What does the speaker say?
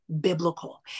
biblical